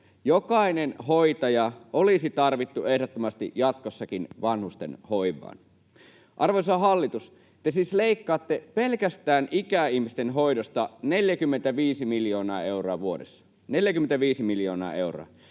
Jokainen hoitaja olisi tarvittu ehdottomasti jatkossakin vanhustenhoivaan. Arvoisa hallitus, te siis leikkaatte pelkästään ikäihmisten hoidosta 45 miljoonaa euroa vuodessa — 45 miljoonaa euroa.